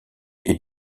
est